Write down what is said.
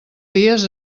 dies